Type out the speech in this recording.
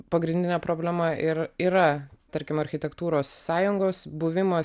pagrindinė problema ir yra tarkim architektūros sąjungos buvimas